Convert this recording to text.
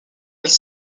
elle